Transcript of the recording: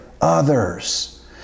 others